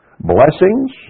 blessings